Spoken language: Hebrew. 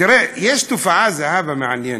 יש תופעה, זהבה, מעניינת.